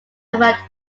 about